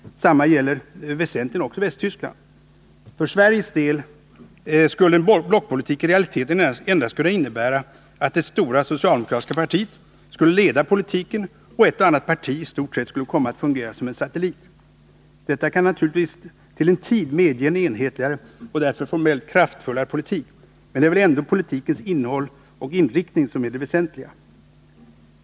Detsamma gäller väsentligen också Västtyskland. För Sveriges del skulle en blockpolitik i realiteten endast kunna innebära att det stora socialdemokratiska partiet skulle leda politiken och att ett annat parti i stort sett skulle komma att fungera som en satellit. Detta kan naturligtvis till en tid medge en enhetligare och därför formellt kraftfullare politik, men det är väl ändå politikens innehåll och inriktning som är det väsentliga.